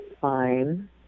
fine